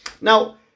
now